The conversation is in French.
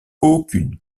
aucune